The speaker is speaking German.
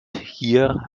hier